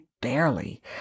barely